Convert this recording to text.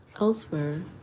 Elsewhere